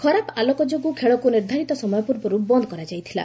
ଖରାପ ଆଲୋକ ଯୋଗୁଁ ଖେଳକୁ ନିର୍ଦ୍ଧାରିତ ସମୟ ପୂର୍ବରୁ ବନ୍ଦ୍ କରାଯାଇଥିଲା